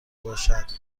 باشد